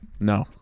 No